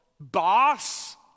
Boss